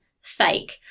fake